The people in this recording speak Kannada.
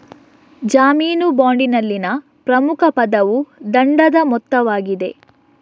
ಜಾಮೀನು ಬಾಂಡಿನಲ್ಲಿನ ಪ್ರಮುಖ ಪದವು ದಂಡದ ಮೊತ್ತವಾಗಿದೆ